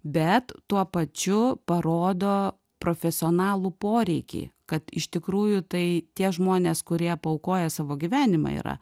bet tuo pačiu parodo profesionalų poreikį kad iš tikrųjų tai tie žmonės kurie paaukoję savo gyvenimą yra